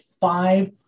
five